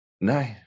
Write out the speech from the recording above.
No